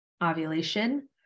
Ovulation